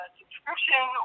subscription